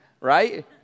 right